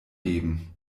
geben